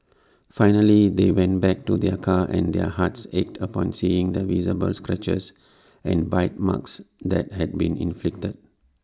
finally they went back to their car and their hearts ached upon seeing the visible scratches and bite marks that had been inflicted